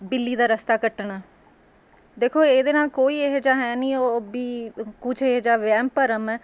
ਬਿੱਲੀ ਦਾ ਰਸਤਾ ਕੱਟਣਾ ਦੇਖੋ ਇਹਦੇ ਨਾਲ਼ ਕੋਈ ਇਹੋ ਜਿਹਾ ਹੈ ਨਹੀਂ ਵੀ ਕੁਝ ਇਹੋ ਜਿਹਾ ਵਹਿਮ ਭਰਮ ਹੈ